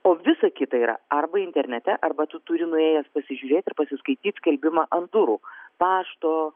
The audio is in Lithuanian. o visa kita yra arba internete arba tu turi nuėjęs pasižiūrėt ir pasiskaityt skelbimą ant durų pašto